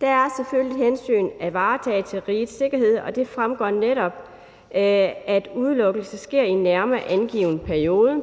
Der er selvfølgelig hensyn at tage til rigets sikkerhed, og det fremgår netop, at udelukkelse sker i en nærmere angiven periode,